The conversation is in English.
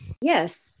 Yes